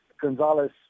Gonzalez